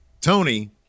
Tony